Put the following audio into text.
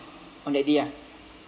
on that day ah